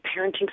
parenting